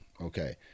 Okay